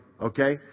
Okay